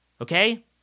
okay